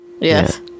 Yes